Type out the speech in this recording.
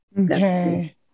Okay